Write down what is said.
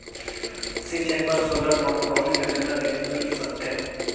सिंचाई बर solar pump कौन योजना ले मिल सकथे?